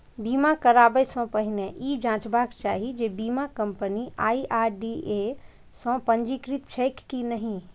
बीमा कराबै सं पहिने ई जांचबाक चाही जे बीमा कंपनी आई.आर.डी.ए सं पंजीकृत छैक की नहि